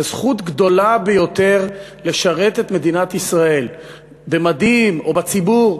זו זכות גדולה ביותר לשרת את מדינת ישראל במדים או בציבור.